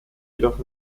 jedoch